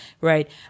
right